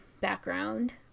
background